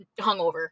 hungover